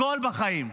הכול בחיים.